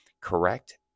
correct